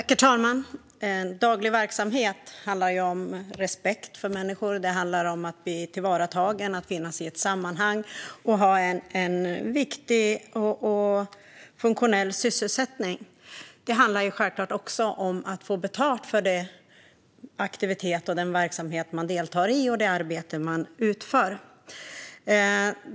Herr talman! Daglig verksamhet handlar om respekt för människor. Det handlar om att bli tillvaratagen, att finnas i ett sammanhang och att ha en viktig och funktionell sysselsättning. Det handlar självklart också om att få betalt för den aktivitet och den verksamhet man deltar i och det arbete man utför.